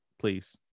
please